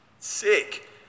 Sick